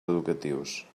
educatius